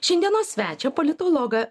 šiandienos svečią politologą